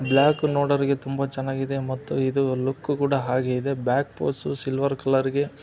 black ನೋಡೋವ್ರಿಗೆ ತುಂಬ ಚೆನ್ನಾಗಿದೆ ಮತ್ತು ಇದು ಲುಕ್ಕು ಕೂಡ ಹಾಗೇ ಇದೆ ಬ್ಯಾಕ್ ಪೋಸು ಸಿಲ್ವರ್ ಕಲರಿಗೆ